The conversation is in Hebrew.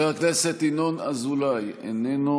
תודה.